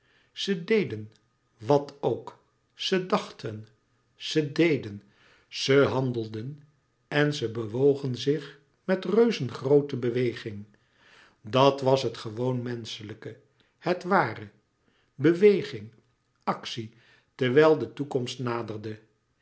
ze deden wat ook ze dachten ze deden ze handelden en ze bewogen zich met reuzengroote beweging dat was het gewoon menschelijke het ware beweging actie terwijl de toekomst naderde